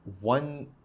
one